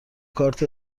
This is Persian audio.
کارت